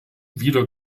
wieder